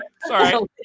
Sorry